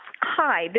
Hi